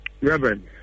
Reverend